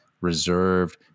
reserved